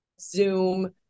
zoom